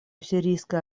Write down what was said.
сирийской